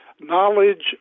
knowledge